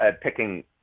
picking